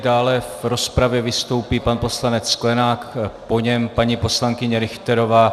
Dále v rozpravě vystoupí pan poslanec Sklenák, po něm paní poslankyně Richterová.